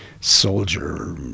soldier